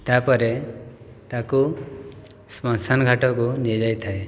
ତା ପରେ ତାକୁ ଶ୍ମଶାନ ଘାଟକୁ ନିଆଯାଇଥାଏ